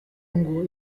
ngo